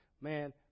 Man